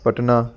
Patna